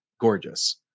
gorgeous